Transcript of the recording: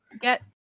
get